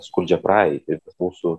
skurdžią praeitį mūsų